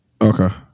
Okay